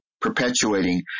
perpetuating